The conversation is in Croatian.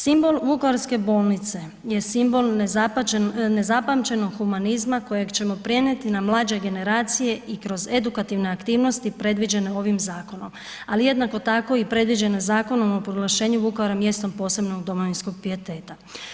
Simbol vukovarske bolnice je simbol nezapamćenog humanizma koje ćemo prenijeti na mlađe generacije i kroz edukativne aktivnosti predviđene ovim zakonom, ali jednako tako i predviđene Zakonom o proglašenju Vukovara mjestom posebnog domovinskog pijeteta.